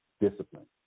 discipline